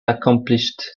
accomplished